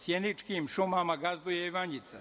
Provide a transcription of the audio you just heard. Sjeničkim šumama gazduje Ivanjica.